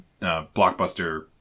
blockbuster